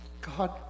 God